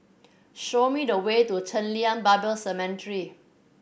show me the way to Chen Lien Bible Seminary